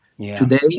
Today